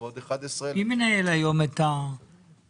ועוד --- מי מנהל היום את האתר?